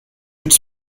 its